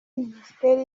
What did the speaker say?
ministeri